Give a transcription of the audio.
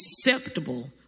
acceptable